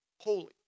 holy